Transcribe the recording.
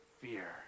fear